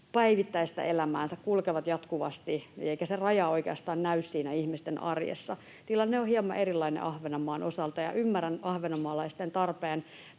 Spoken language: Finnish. päivittäistä elämäänsä, kulkevat jatkuvasti, eikä se raja oikeastaan näy siinä ihmisten arjessa. Tilanne on hieman erilainen Ahvenanmaan osalta. Ymmärrän ahvenanmaalaisten tarpeen